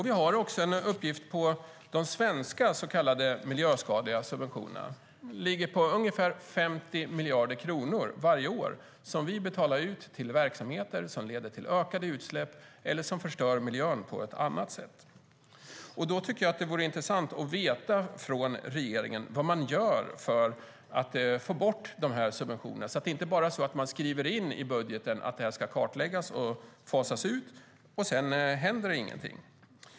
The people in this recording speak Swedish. Vi har en uppgift också på de svenska så kallade miljöskadliga subventionerna. De ligger på ungefär på 50 miljarder kronor varje år. Det är vad vi betalar ut till verksamheter som ger ökade utsläpp eller som förstör miljön på annat sätt. Det vore intressant att få veta vad regeringen gör för att få bort de här subventionerna, så att man inte bara skriver in i budgeten att de ska kartläggas och fasas ut, och sedan händer ingenting.